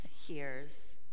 hears